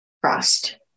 Frost